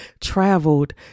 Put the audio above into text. traveled